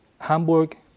Hamburg